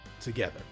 together